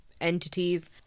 entities